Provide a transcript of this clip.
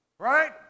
Right